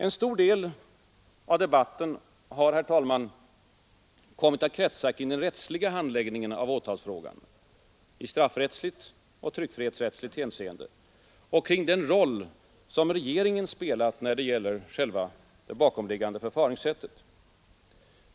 En stor del av debatten har kommit att kretsa kring den rättsliga handläggningen av åtalsfrågan — i straffrättsligt och tryckfrihetsrättsligt hänseende — och kring den roll som regeringen spelat när det gällt själva det bakomliggande förfaringssättet.